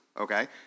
okay